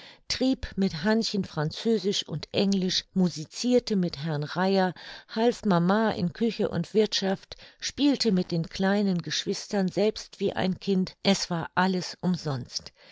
trieb mit hannchen französisch und englisch musicirte mit herrn reier half mama in küche und wirthschaft spielte mit den kleinen geschwistern selbst wie ein kind es war alles umsonst